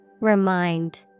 Remind